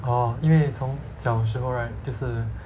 oh 因为从小时候 right 就是